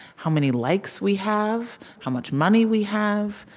how many likes we have, how much money we have,